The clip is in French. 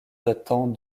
datant